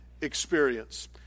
experience